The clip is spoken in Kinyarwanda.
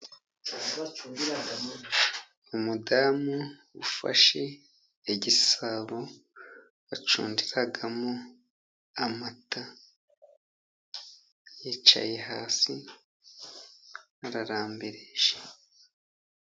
Umudamu ufashe igisabo bacundiramo amata, yicaye hasi ararambirije.